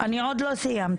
אני עוד לא סיימתי.